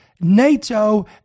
NATO